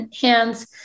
hands